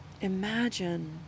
Imagine